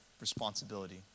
responsibility